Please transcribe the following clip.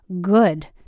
good